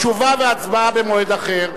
תשובה והצבעה במועד אחר.